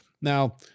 Now